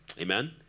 Amen